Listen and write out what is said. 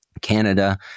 Canada